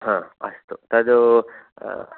अस्तु तद्